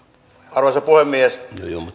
arvoisa puhemies